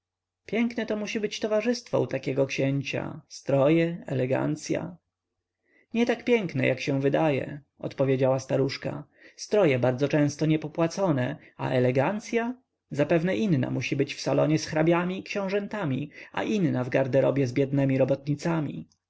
piękne to musi być towarzystwo u takiego księcia stroje elegancya nie tak piękne jak się wydaje odpowiedziała staruszka stroje bardzo często nie popłacone a elegancya zapewne inna musi być w salonie z hrabiami i książętami a inna w garderobie z biednemi robotnicami